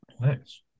Nice